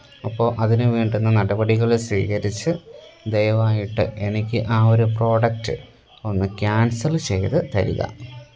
അപ്പോള് അതിന് വേണ്ടുന്ന നടപടികള് സ്വീകരിച്ച് ദയവായിട്ട് എനിക്ക് ആ ഒരു പ്രോഡക്റ്റ് ഒന്ന് കാന്സല് ചെയ്തു തരിക